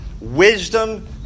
wisdom